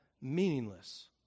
meaningless